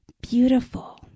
beautiful